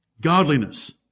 godliness